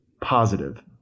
positive